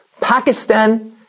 Pakistan